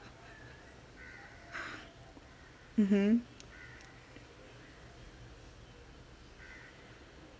mmhmm